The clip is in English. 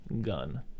gun